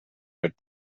mit